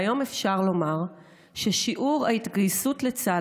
והיום אפשר לומר ששיעור ההתגייסות לצה"ל